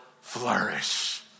flourish